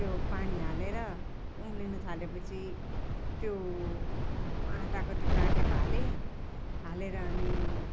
त्यो पानी हालेर उम्लिनु थालेपछि त्यो आँटाको त्यो काटेको हाले हालेर अनि